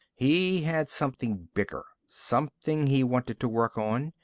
he had something bigger something he wanted to work on.